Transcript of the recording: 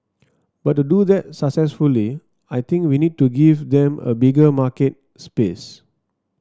but to do that successfully I think we need to give them a bigger market space